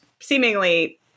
seemingly